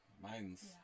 mine's